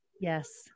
Yes